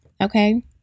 Okay